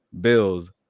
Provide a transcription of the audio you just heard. Bills